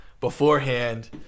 beforehand